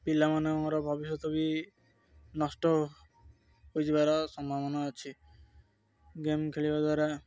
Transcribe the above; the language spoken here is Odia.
ପିଲାମାନଙ୍କର ଭବିଷ୍ୟତ ବି ନଷ୍ଟ ହୋଇଯିବାର ସମ୍ଭାବନା ଅଛି ଗେମ୍ ଖେଳିବା ଦ୍ୱାରା